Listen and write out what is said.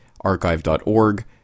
archive.org